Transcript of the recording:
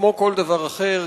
כמו כל דבר אחר,